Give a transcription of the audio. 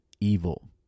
evil